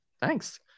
thanks